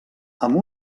amb